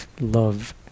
love